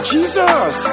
Jesus